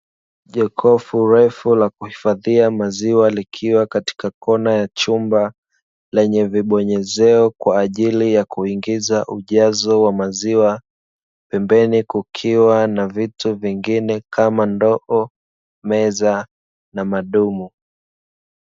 Jokofu refu la kuhifadhia maziwa likiwa katika kona ya chumba, lenye vibonyezeo kwa ajili ya kuingiza ujazo wa maziwa, pembeni kukiwa na vitu vingine kama ndoo, meza na madumu.